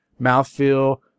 mouthfeel